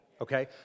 Okay